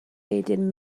wedyn